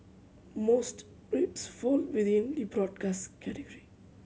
most rapes fall within the broadest category